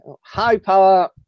High-power